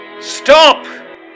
Stop